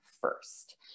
first